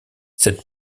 cette